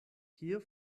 hier